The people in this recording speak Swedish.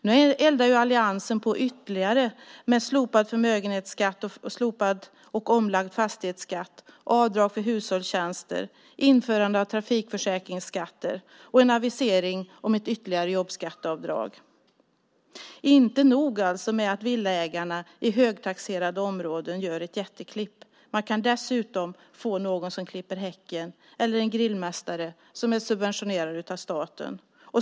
Nu eldar alliansen på ytterligare med slopad förmögenhetsskatt, omlagd fastighetsskatt, avdrag för hushållstjänster, införande av trafikförsäkringsskatter och en avisering om ett ytterligare jobbskatteavdrag. Inte nog alltså med att villaägarna i högtaxerade områden gör ett jätteklipp. Man kan dessutom få någon som klipper häcken eller en grillmästare som är subventionerad av staten.